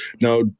Now